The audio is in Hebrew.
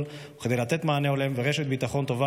וכדי לתת מענה הולם ורשת ביטחון טובה,